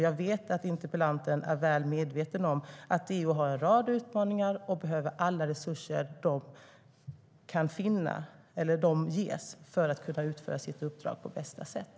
Jag vet att interpellanten är väl medveten om att DO har en rad utmaningar och behöver alla resurser som myndigheten ges för att kunna utföra sitt uppdrag på bästa sätt.